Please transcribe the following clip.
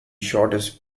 shortest